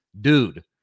dude